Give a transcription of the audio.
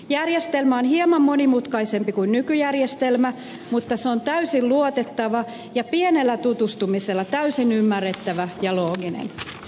järjestelmä on hieman monimutkaisempi kuin nykyjärjestelmä mutta se on täysin luotettava ja pienellä tutustumisella täysin ymmärrettävä ja looginen